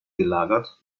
gelagert